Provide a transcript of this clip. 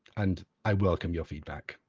and i welcome your feedback.